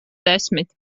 desmit